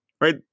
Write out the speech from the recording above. Right